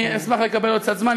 אני אשמח לקבל עוד קצת זמן,